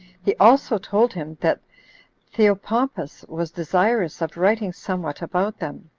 he also told him, that theopompus was desirous of writing somewhat about them,